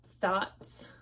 thoughts